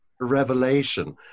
revelation